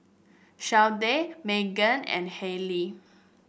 Shardae Magan and Hailee